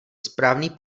správný